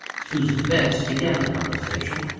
susan betts began the conversation.